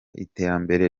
iterambere